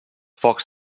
focs